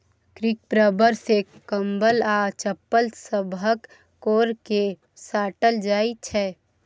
crepe rubber सँ कंबल आ चप्पल सभक कोर केँ साटल जाइ छै